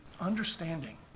understanding